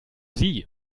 sie